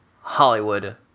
Hollywood